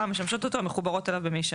המשמשות אותו המחוברות אליו במישרין.